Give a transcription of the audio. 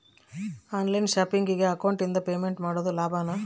On line ಶಾಪಿಂಗಿಗೆ ಅಕೌಂಟಿಂದ payment ಮಾಡೋದು ಲಾಭಾನ?